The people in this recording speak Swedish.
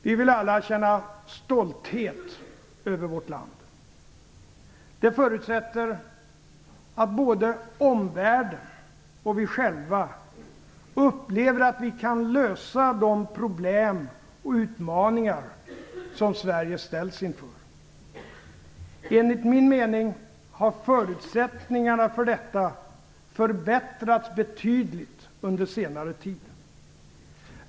Vi vill alla känna stolthet över vårt land. Det förutsätter att både omvärlden och vi själva upplever att vi kan lösa de problem och utmaningar som Sverige ställs inför. Enligt min mening har förutsättningarna för detta förbättrats betydligt under senare tid.